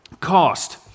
cost